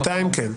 בינתיים כן.